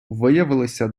виявилися